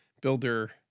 builder